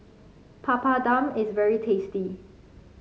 papadum is very tasty